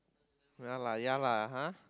ya lah ya lah !huh!